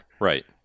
Right